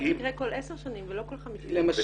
ולי היא תקרה כל עשר שנים ולא כל חמישים שנים.